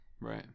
right